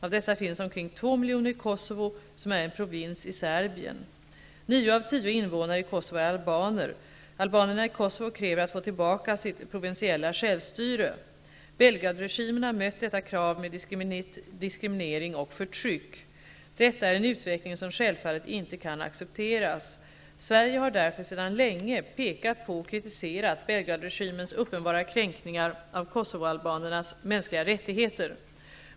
Av dessa finns omkring 2 miljoner i Kosovo, som är en provins i Nio av tio invånare i Kosovo är albaner. Albanerna i Kosovo kräver att få tillbaka sitt provinsiella självstyre. Belgradregimen har mött detta krav med diskriminering och förtryck. Detta är en utveckling som självfallet inte kan accepteras. Sverige har därför sedan länge pekat på och kritiserat Belgradregimens uppenbara kränkningar av kosovoalbanernas mänskliga rättigheter.